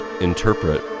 interpret